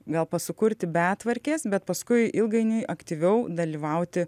gal pasukurti beatvarkės bet paskui ilgainiui aktyviau dalyvauti